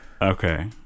okay